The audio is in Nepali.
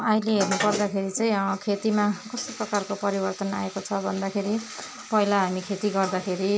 अहिले हेर्नु पर्दाखेरि चाहिँ खेतीमा कस्तो प्रकारको परिवर्तन आएको छ भन्दाखेरि पहिला हामी खेती गर्दाखेरि